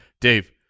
Dave